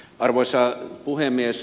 arvoisa puhemies